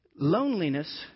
Loneliness